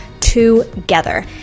together